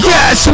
Yes